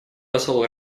посол